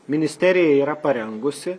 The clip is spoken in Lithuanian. ministerija yra parengusi